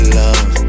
love